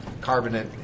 carbonate